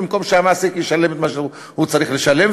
במקום שהמעסיק ישלם את מה שהוא צריך לשלם,